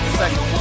second